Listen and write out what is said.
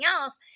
else